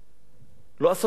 לא עשה שום פשע.